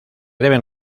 deben